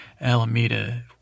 Alameda